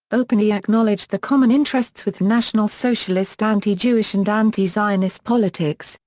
openly acknowledged the common interests with national socialist anti-jewish and anti-zionist politics,